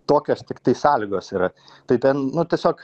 tokios tiktai sąlygos yra tai ten nu tiesiog